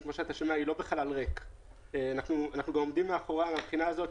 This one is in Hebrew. היא לא מדברת על גריעה של צ'קים,